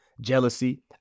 jealousy